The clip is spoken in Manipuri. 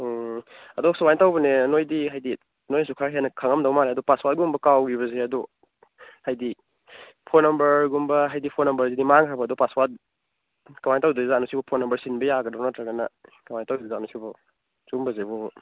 ꯎꯝ ꯑꯗꯨ ꯁꯨꯃꯥꯏ ꯇꯧꯕꯅꯦ ꯅꯣꯏꯗꯤ ꯍꯥꯏꯗꯤ ꯅꯣꯏꯅꯁꯨ ꯈꯔ ꯍꯦꯟꯅ ꯈꯪꯂꯝꯗꯧ ꯃꯥꯜꯂꯦ ꯑꯗꯨ ꯄꯥꯁꯋꯥꯔ꯭ꯗ ꯀꯨꯝꯕ ꯀꯥꯎꯈꯤꯕꯁꯦ ꯑꯗꯨ ꯍꯥꯏꯗꯤ ꯐꯣꯟ ꯅꯝꯕꯔꯒꯨꯝꯕ ꯍꯥꯏꯗꯤ ꯐꯣꯟ ꯅꯝꯕꯔꯁꯤꯗꯤ ꯃꯥꯡꯈ꯭ꯔꯕꯗꯣ ꯄꯥꯁꯋꯥꯔ ꯀꯃꯥꯏ ꯇꯧꯗꯣꯏꯖꯥꯠꯅꯣ ꯁꯤꯕꯣ ꯐꯣꯟ ꯅꯝꯕꯔ ꯁꯤꯟꯕ ꯌꯥꯒꯗ꯭ꯔꯣ ꯅꯠꯇ꯭ꯔꯒꯅ ꯀꯃꯥꯏ ꯇꯧꯗꯣꯏꯖꯥꯠꯅꯣ ꯁꯤꯕꯣ ꯁꯤꯒꯨꯝꯕꯁꯤꯕꯨ